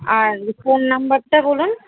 আর phone নাম্বারটা বলুন